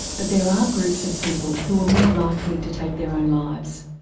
but there are groups of people who are more likely to take their own lives.